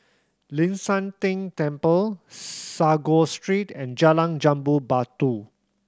Ling San Teng Temple Sago Street and Jalan Jambu Batu